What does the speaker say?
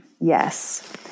Yes